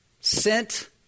sent